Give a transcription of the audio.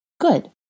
Good